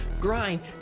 grind